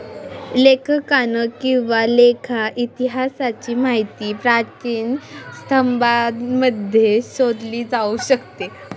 लेखांकन किंवा लेखा इतिहासाची माहिती प्राचीन सभ्यतांमध्ये शोधली जाऊ शकते